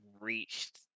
reached